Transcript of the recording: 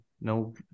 no